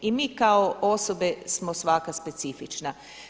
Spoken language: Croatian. I mi kao osobe smo svaka specifična.